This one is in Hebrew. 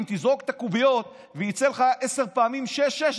אם תזרוק את הקוביות ויצא לך עשר פעמים שש-שש,